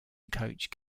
coach